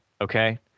Okay